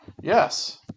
Yes